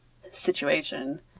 situation